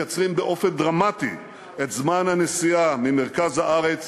הם מקצרים באופן דרמטי את זמן הנסיעה ממרכז הארץ